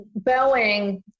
boeing